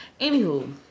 Anywho